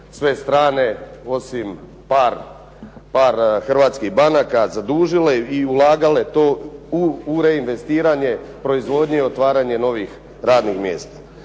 sve strane osim par hrvatskih banaka zadužile i ulagale to u …/Govornik se ne razumije./… investiranje, proizvodnje i otvaranje novih radnih mjesta.